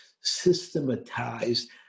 systematized